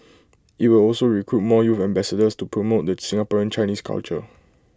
IT will also recruit more youth ambassadors to promote the Singaporean Chinese culture